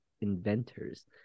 inventors